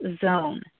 zone